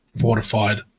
fortified